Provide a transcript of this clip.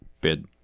bid